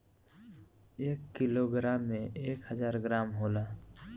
एक किलोग्राम में एक हजार ग्राम होला